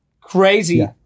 Crazy